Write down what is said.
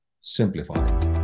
simplified